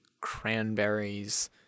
cranberries